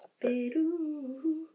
Peru